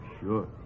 Sure